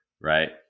right